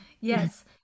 Yes